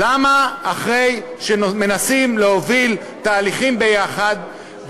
למה אחרי שמנסים להוביל תהליכים ביחד,